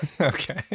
okay